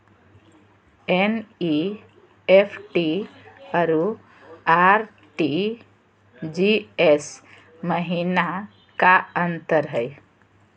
NEFT अरु RTGS महिना का अंतर हई?